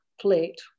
plate